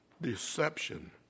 Deception